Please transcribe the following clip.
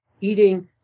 eating